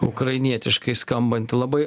ukrainietiškai skambanti labai